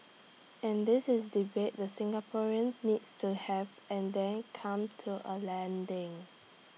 and this is debate the Singaporeans needs to have and then come to A landing